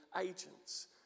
agents